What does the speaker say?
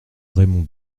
raymond